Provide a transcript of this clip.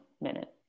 minute